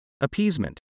appeasement